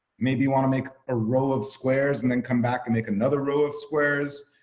maybe you want to make a row of squares and then come back and make another row of squares.